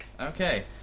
okay